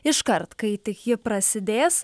iškart kai tik ji prasidės